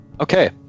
Okay